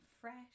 Fresh